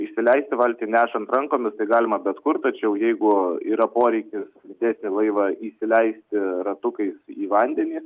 įsileisti valtį nešant rankomis tai galima bet kur tačiau jeigu yra poreikis įdėti laivą įsileisti ratukais į vandenį